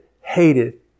hated